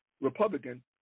Republican